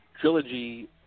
trilogy